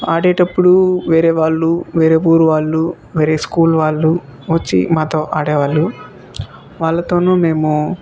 ఆడేటప్పుడు వేరే వాళ్ళు వేరే వూరు వాళ్ళు వేరే స్కూల్ వాళ్ళు వచ్చి మాతో ఆడేవాళ్ళు వాళ్లతోను మేము